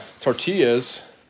tortillas